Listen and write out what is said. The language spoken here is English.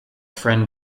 friend